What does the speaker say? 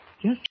Yes